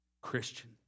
Christian